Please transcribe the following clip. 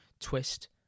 twist